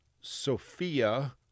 Sophia